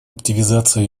активизации